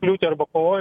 kliūtį arba pavojų